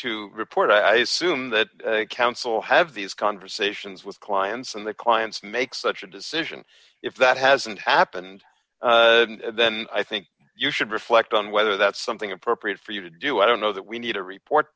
to report i assume that counsel have these conversations with clients and the clients make such a decision if that hasn't happened then i think you should reflect on whether that's something appropriate for you to do i don't know that we need to report